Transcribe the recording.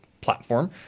platform